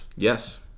Yes